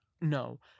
No